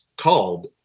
called